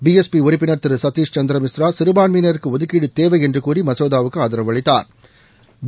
B S P உறுப்பினர் திரு சத்திஷ் சந்தர மிஸ்ரா சிறுபான்மையினருக்கு ஒதுக்கீடு தேவை என்று கூறி மசோதாவுக்கு ஆதரவு அளித்தாா்